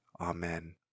Amen